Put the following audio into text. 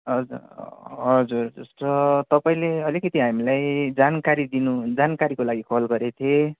हज हजुर तपाईँले अलिकति हामीलाई जानकारी दिनु जानकारीको लागि कल गरेको थिएँ